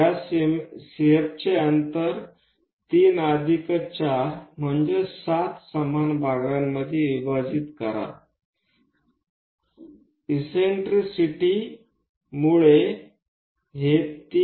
या CF चे अंतर 3 अधिक 4 7 समान भागांमध्ये विभाजित करा म्हणजे हे 3 अधिक 4 इससेन्ट्रिसिटी मुळे येते